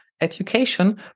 education